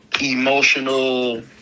emotional